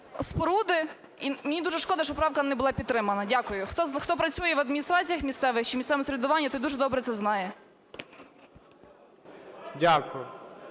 споруди. І мені дуже шкода, що правка не була підтримана. Дякую. Хто працює в адміністраціях місцевих чи місцевому самоврядуванні, той дуже добре це знає.